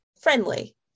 friendly